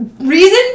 Reason